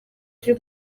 turi